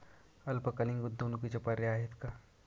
अल्पकालीन गुंतवणूकीचे पर्याय आहेत का?